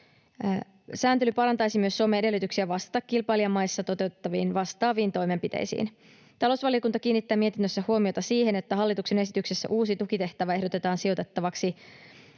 Sääntely parantaisi myös Suomen edellytyksiä vastata kilpailijamaissa toteutettaviin vastaaviin toimenpiteisiin. Talousvaliokunta kiinnittää mietinnössä huomiota siihen, että hallituksen esityksessä uusi tukitehtävä ehdotetaan sijoitettavaksi